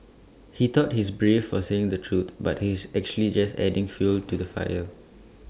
he thought he's brave for saying the truth but he's actually just adding fuel to the fire